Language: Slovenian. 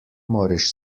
moreš